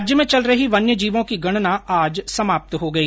राज्य में चल रही वन्यजीवों की गणना आज संपन्न हो गई